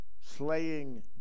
Slaying